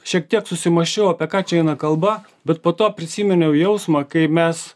šiek tiek susimąsčiau apie ką čia eina kalba bet po to prisiminiau jausmą kai mes